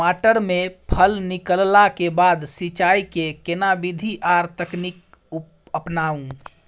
टमाटर में फल निकलला के बाद सिंचाई के केना विधी आर तकनीक अपनाऊ?